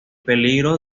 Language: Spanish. peligro